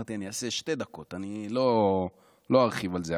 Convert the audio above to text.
אמרתי שאני אעשה שתי דקות, אני לא ארחיב על זה.